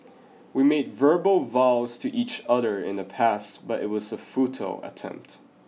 we made verbal vows to each other in the past but it was a futile attempt